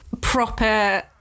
proper